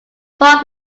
far